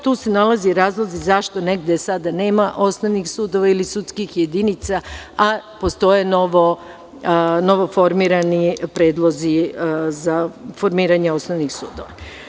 Tu se nalaze razlozi zašto negde sada nema osnovnih sudova, ili sudskih jedinica, a postoje novoformirani predlozi za formiranje osnovnih sudova.